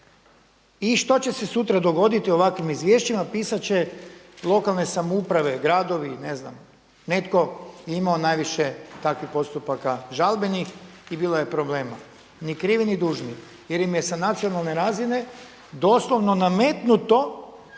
I što će se sutra dogoditi u ovakvim izvješćima, pisat će lokalne samouprave, gradovi, ne znam netko je imao najviše takvih postupaka žalbenih i bio je problema ni krivi ni dužni jer im je sa nacionalne razine doslovno nametnuto